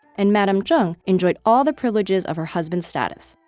and madame zheng enjoyed all the privileges of her husband's status.